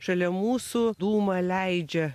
šalia mūsų dūmą leidžia